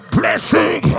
blessing